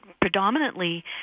predominantly